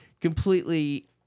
completely